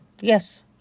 Yes